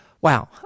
Wow